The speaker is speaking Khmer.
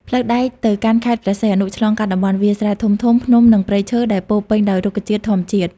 ផ្លូវដែកទៅកាន់ខេត្តព្រះសីហនុ ឆ្លងកាត់តំបន់វាលស្រែធំៗ ភ្នំ និងព្រៃឈើដែលពោរពេញដោយរុក្ខជាតិធម្មជាតិ។